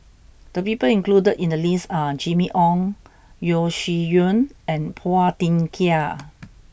the people included in the list are Jimmy Ong Yeo Shih Yun and Phua Thin Kiay